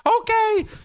okay